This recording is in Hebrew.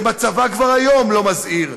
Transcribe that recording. שמצבה כבר היום לא מזהיר,